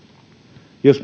jos